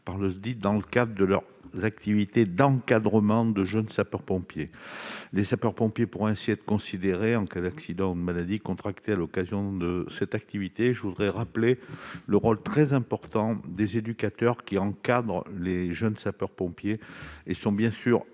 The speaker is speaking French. dans le cadre de leurs activités d'encadrement de jeunes sapeurs-pompiers (JSP). Les sapeurs-pompiers pourront ainsi être considérés en service en cas d'accident ou de maladie contractée à l'occasion de cette activité. Je rappelle le rôle très important des éducateurs qui encadrent les jeunes sapeurs-pompiers. Ils sont bien sûr